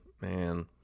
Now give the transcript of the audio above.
man